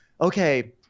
Okay